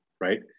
right